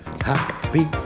Happy